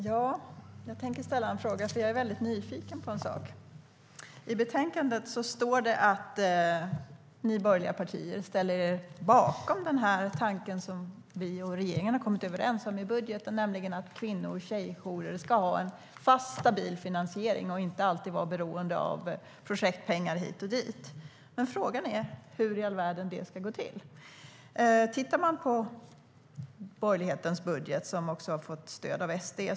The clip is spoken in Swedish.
Herr talman! Jag tänker ställa en fråga, för jag är väldigt nyfiken på en sak. I betänkandet står det att ni borgerliga partier ställer er bakom den tanke som vi och regeringen har kommit överens om i budgeten, nämligen att kvinno och tjejjourer ska ha en fast och stabil finansiering och inte alltid vara beroende av projektpengar hit och dit. Men frågan är: Hur i all världen ska det gå till? Man kan titta på borgerlighetens budget, som har fått stöd av SD.